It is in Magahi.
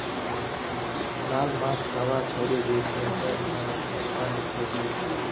लाल मांस खाबा छोड़े दे सेहतेर त न अच्छा नी छोक